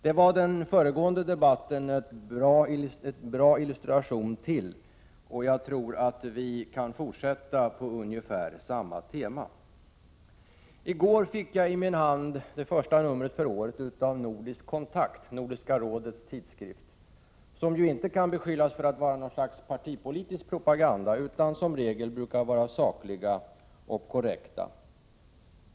Det var den föregående debatten en bra illustration till. Jag tror att vi kan fortsätta på ungefär samma tema. I går fick jag i min hand årets första nummer av Nordisk kontakt, Nordiska rådets tidskrift, som inte kan beskyllas för att utgöra någon slags partipolitisk propaganda. Den brukar som regel vara saklig och korrekt.